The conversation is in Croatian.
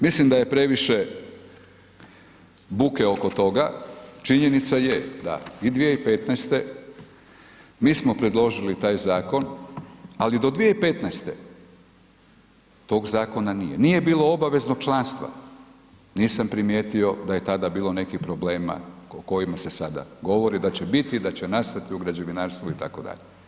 Mislim da je previše buke oko toga, činjenica je da i 2015. mi smo predložili taj zakon ali do 2015. tog zakona nije, nije bilo obaveznog članstva, nisam primijetio da je tada bilo nekih problema o kojima se sada govori, da će biti, da će nastati u građevinarstvu itd.